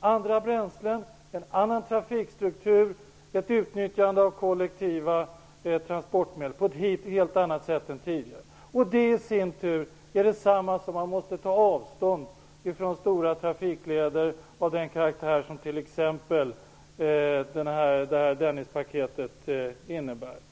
andra bränslen, en annan trafikstruktur och i ett utnyttjande av kollektiva transportmedel på ett helt annat sätt än tidigare. Detta i sin tur betyder att man måste ta avstånd från stora trafikleder av den karaktär som t.ex. Dennispaketet innebär.